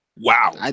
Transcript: Wow